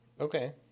Okay